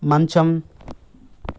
మంచం